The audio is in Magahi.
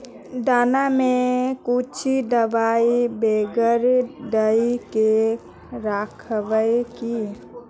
दाना में कुछ दबाई बेगरा दय के राखबे की?